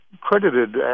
credited